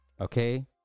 Okay